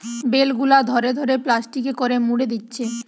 bell গুলা ধরে ধরে প্লাস্টিকে করে মুড়ে দিচ্ছে